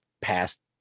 past